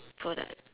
for that